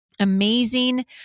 amazing